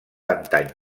antany